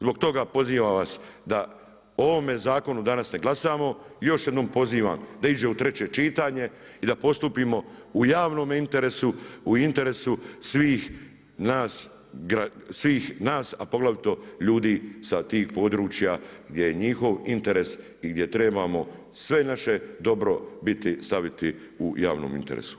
Zbog toga pozivam vas da ovome zakonu ne glasamo, još jednom pozivam da ide u treće čitanje, i da postupimo u javnom interesu, u interesu svih nas, a poglavito ljudi sa tih područja gdje je njihov interes i gdje trebamo sve naše dobrobiti staviti u javnom interesu.